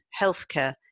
healthcare